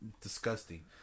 disgusting